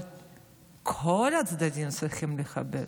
אבל כל הצדדים צריכים לכבד,